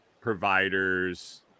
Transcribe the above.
providers